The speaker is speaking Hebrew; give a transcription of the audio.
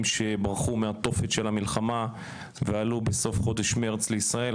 שברחו מהתופת של המלחמה ועלו בסוף חודש מרץ לישראל,